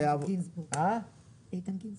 איתן גינזבורג.